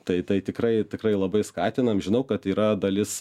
tai tai tikrai tikrai labai skatinam žinau kad yra dalis